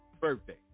birthday